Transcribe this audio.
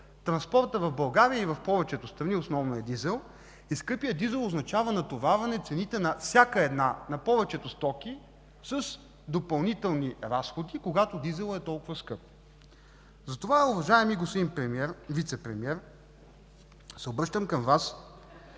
Транспортът в България, и в повечето страни, основно е на дизел. Скъпият дизел означава натоварване цените на повечето стоки с допълнителни разходи, когато той е толкова скъп. Затова, уважаеми господин Вицепремиер, се обръщам към Вас